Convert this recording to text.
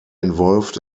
involved